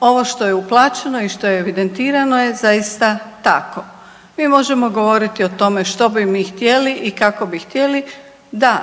ovo što je uplaćeno i što je evidentirano je zaista tako. Mi možemo govoriti o tome što bi mi htjeli i kako bi htjeli, da